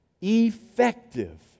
effective